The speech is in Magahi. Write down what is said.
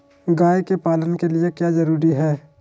गाय के पालन के लिए क्या जरूरी है?